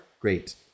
Great